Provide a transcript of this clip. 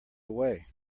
away